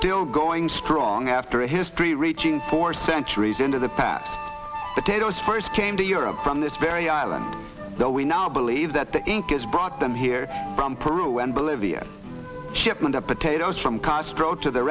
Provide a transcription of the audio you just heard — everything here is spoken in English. still going strong after a history reaching for centuries into the past potatoes first came to europe from this very island though we now believe that the incas brought them here from peru and bolivia shipment of potatoes from castro to the